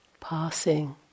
passing